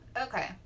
Okay